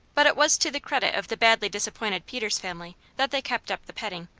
but it was to the credit of the badly disappointed peters family that they kept up the petting.